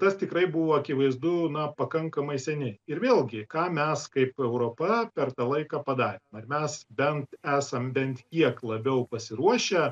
tas tikrai buvo akivaizdu na pakankamai seniai ir vėlgi ką mes kaip europa per tą laiką padarėm ar mes bent esam bent kiek labiau pasiruošę